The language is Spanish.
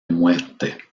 muerte